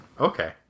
Okay